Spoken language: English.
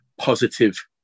positive